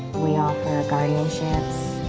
we offer guardianships,